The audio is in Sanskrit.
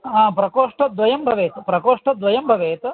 हा प्रकोष्ठद्वयं भवेत् प्रकोष्ठद्वयं भवेत्